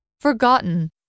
forgotten